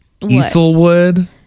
Easelwood